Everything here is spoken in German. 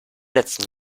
letzten